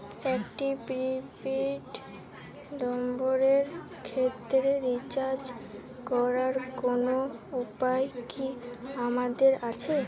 একটি prepaid নম্বরের ক্ষেত্রে রিচার্জ করার কোনো উপায় কি আমাদের আছে?